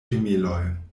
ĝemeloj